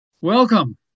welcome